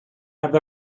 have